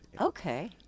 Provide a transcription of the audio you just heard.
Okay